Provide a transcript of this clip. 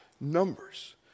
numbers